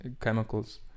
chemicals